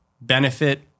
benefit